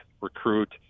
recruit